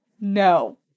no